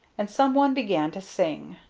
and some one began to sing.